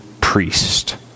priest